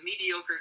mediocre